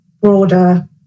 broader